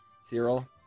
Cyril